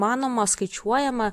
manoma skaičiuojama